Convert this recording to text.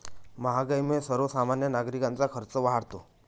महागाईमुळे सर्वसामान्य नागरिकांचा खर्च वाढतो